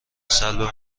سلب